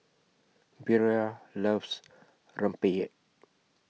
Bria loves Rempeyek